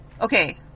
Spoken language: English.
Okay